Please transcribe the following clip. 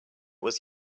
was